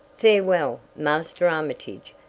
farewell, master armitage,